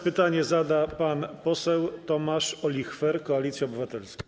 Pytanie zada pan poseł Tomasz Olichwer, Koalicja Obywatelska.